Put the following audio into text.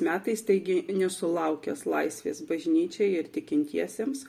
metais staigiai nesulaukęs laisvės bažnyčiai ir tikintiesiems